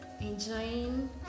enjoying